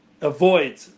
avoid